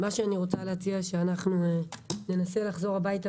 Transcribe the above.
אני רוצה להציע שאנחנו נחזור הביתה